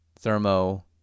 thermo